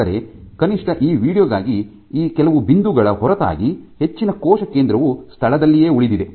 ಆದರೆ ಕನಿಷ್ಠ ಈ ವೀಡಿಯೊ ಗಾಗಿ ಈ ಕೆಲವು ಬಿಂದುಗಳ ಹೊರತಾಗಿ ಹೆಚ್ಚಿನ ಕೋಶ ಕೇಂದ್ರವು ಸ್ಥಳದಲ್ಲಿಯೇ ಉಳಿದಿದೆ